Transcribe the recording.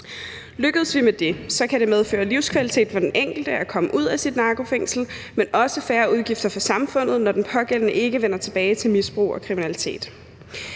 Lykkes vi med det, kan det medføre livskvalitet for den enkelte at komme ud af sit narkofængsel, men også færre udgifter for samfundet, når den pågældende ikke vender tilbage til misbrug og kriminalitet.